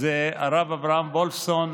זה הרב אברהם וולפסון,